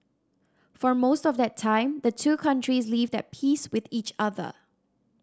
for most of that time the two countries lived at peace with each other